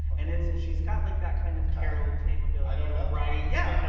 and it's she's got like that kind of carole king ability you know to ah write. yeah you know